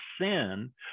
sin